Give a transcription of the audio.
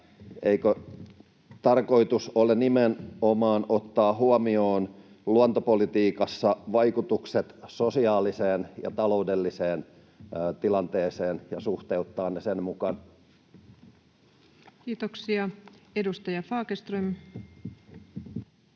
eikö tarkoitus ole nimenomaan ottaa huomioon luontopolitiikassa vaikutukset sosiaaliseen ja taloudelliseen tilanteeseen ja suhteuttaa se niiden mukaan? Kiitoksia. — Edustaja Fagerström.